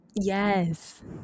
yes